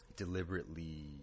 Deliberately